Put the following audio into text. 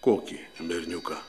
kokį berniuką